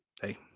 hey